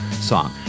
song